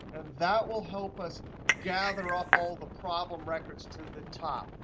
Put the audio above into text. and that will help us gather up all the problem records to the top.